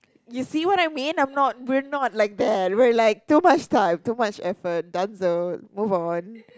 you see what I mean I'm not we're not like that we're like too much time too much effort done so move on